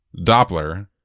Doppler